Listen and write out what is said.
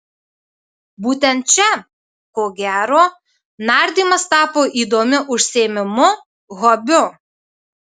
būtent čia ko gero nardymas tapo įdomiu užsiėmimu hobiu